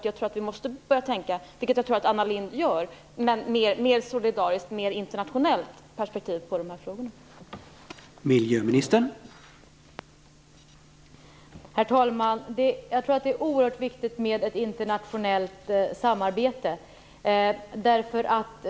Jag tror att vi måste börja tänka i ett mera solidariskt och internationellt perspektiv när det gäller dessa frågor, vilket jag tror att Anna Lindh gör.